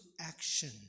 action